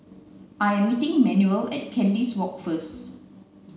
I am meeting Manuel at Kandis Walk first